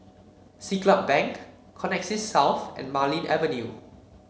Siglap Bank Connexis South and Marlene Avenue